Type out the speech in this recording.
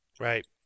right